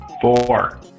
four